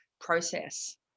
process